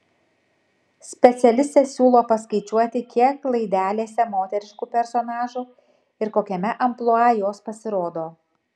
specialistė siūlo paskaičiuoti kiek laidelėse moteriškų personažų ir kokiame amplua jos pasirodo